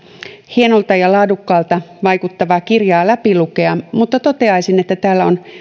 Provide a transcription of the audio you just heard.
hienolta ja laadukkaalta vaikuttavaa kirjaa läpi lukea mutta toteaisin että täällä on